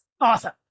awesome